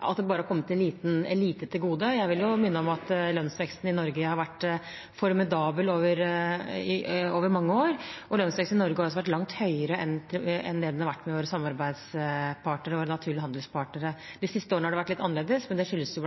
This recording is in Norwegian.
en liten elite til gode. Jeg vil minne om at lønnsveksten i Norge har vært formidabel over mange år, og lønnsveksten i Norge har også vært langt høyere enn den har vært hos våre samarbeidspartnere og naturlige handelspartnere. De siste årene har det vært litt annerledes, men det skyldes